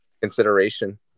consideration